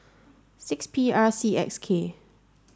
six P R C X K